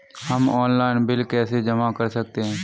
हम online bill कैसे जमा कर सकते हैं?